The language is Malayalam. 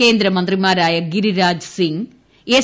കേന്ദ്രമന്ത്രിമാരായ ഗിരിരാജ് സിംഗ് എസ്